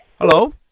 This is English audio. Hello